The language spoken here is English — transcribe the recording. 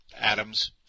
Adams